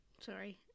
sorry